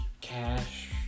cash